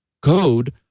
code